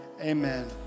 Amen